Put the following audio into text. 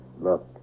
Look